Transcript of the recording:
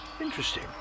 Interesting